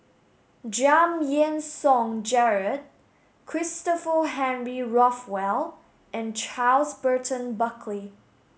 Giam Yean Song Gerald Christopher Henry Rothwell and Charles Burton Buckley